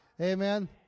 Amen